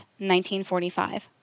1945